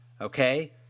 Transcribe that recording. Okay